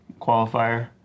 qualifier